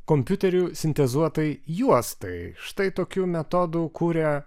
kompiuteriu sintezuotai juostai štai tokiu metodu kuria